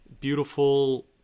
beautiful